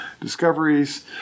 Discoveries